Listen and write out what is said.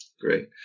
Great